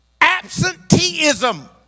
Absenteeism